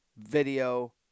video